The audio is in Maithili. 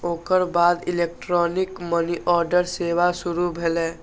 ओकर बाद इलेक्ट्रॉनिक मनीऑर्डर सेवा शुरू भेलै